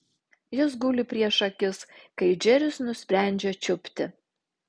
jis guli prieš akis kai džeris nusprendžia čiupti